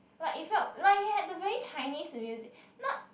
like it felt like it had the very Chinese music not